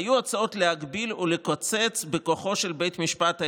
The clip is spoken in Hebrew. היו הצעות להגביל או לקצץ בכוחו של בית המשפט העליון,